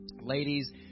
Ladies